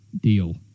deal